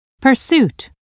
pursuit